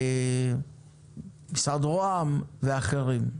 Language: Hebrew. משרד ראש הממשלה ואחרים.